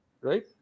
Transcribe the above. right